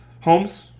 Holmes